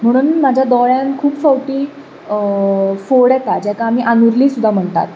म्हणून म्हज्या दोळ्यांत खूब फावटी फोड येतात जेका आमी आनुर्ली सुद्दां म्हणटात